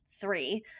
three